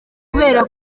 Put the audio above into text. kubera